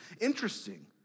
interesting